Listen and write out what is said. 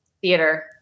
Theater